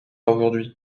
aujourd’hui